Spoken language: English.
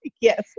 Yes